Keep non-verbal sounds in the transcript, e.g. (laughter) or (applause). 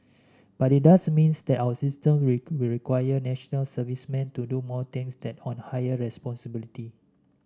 but it does means that our system (unintelligible) will require National Servicemen to do more things that on higher responsibility